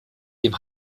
dem